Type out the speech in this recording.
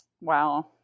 Wow